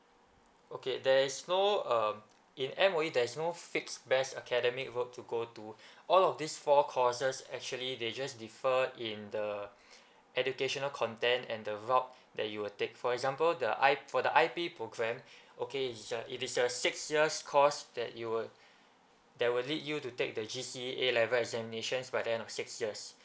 okay there is no um in M_O_E there's no fix best academic vote to go to all of these four courses actually they just differ in the educational content and the route that you will take for example the I for the I_P programme okay is a it is a six years course that you would that will lead you to take the G_C_E A level examinations by the end of six years